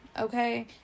okay